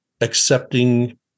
accepting